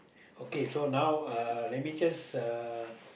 okay so now uh let me just uh